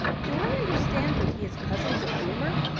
do i understand that he is cousin to boomer?